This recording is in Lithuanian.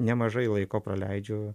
nemažai laiko praleidžiu